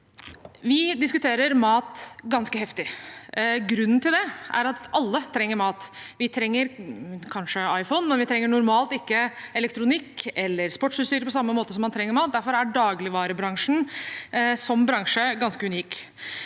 Vi diskuterer mat ganske heftig, og grunnen til det er at alle trenger mat. Vi trenger kanskje iPhone, men vi trenger normalt ikke elektronikk eller sportsutstyr på samme måte som vi trenger mat. Derfor er dagligvarebransjen som bransje ganske unik.